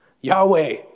Yahweh